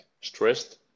stressed